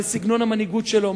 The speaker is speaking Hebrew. בסגנון המנהיגות שלו,